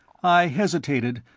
i hesitated,